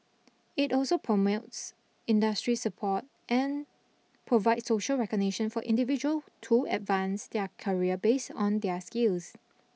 it also promote industry support and provide social recognition for individual to advance their career based on their skills